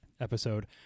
episode